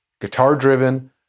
guitar-driven